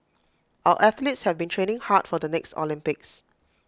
our athletes have been training hard for the next Olympics